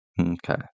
Okay